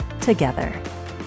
together